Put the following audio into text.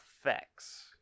effects